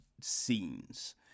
scenes